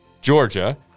Georgia